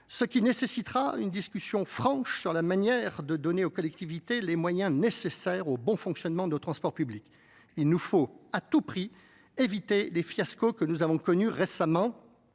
ce qui nécessitera une discussion franche sur la manière de donner aux collectivités les moyens nécessaires au bon fonctionnement de nos transports publics. Il nous faut, à tout prix, éviter nous avons connus récemment